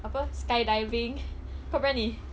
apa skydiving kau berani